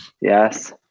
Yes